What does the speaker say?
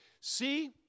See